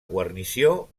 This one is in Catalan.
guarnició